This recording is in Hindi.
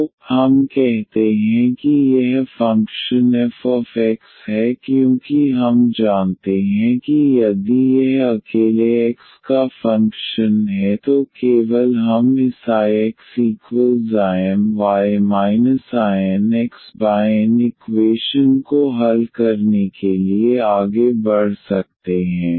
तो हम कहते हैं कि यह फंक्शन fx है क्योंकि हम जानते हैं कि यदि यह अकेले x का फंक्शन है तो केवल हम इस IxIMy INxN इक्वेशन को हल करने के लिए आगे बढ़ सकते हैं